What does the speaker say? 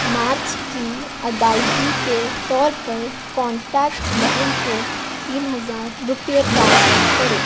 مارچ کی ادائیگی کے طور پر کانٹیکٹ بہن کو تین ہزار روپے ٹرانسفر کرو